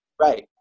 Right